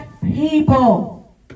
people